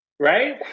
Right